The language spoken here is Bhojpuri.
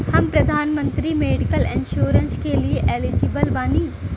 हम प्रधानमंत्री मेडिकल इंश्योरेंस के लिए एलिजिबल बानी?